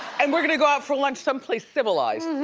and we're gonna go out for lunch some place civilized.